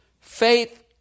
faith